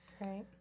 Right